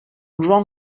wrong